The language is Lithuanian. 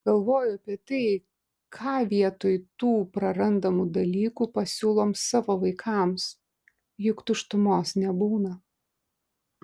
galvoju apie tai ką vietoj tų prarandamų dalykų pasiūlom savo vaikams juk tuštumos nebūna